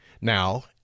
now